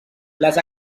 les